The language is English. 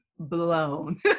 blown